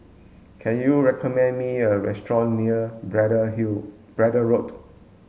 can you recommend me a restaurant near brad hill Braddell Road